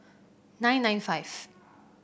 nine nine five